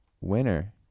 winner